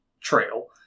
trail